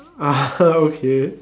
ah okay